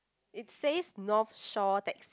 it says North-Shore decks